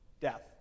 Death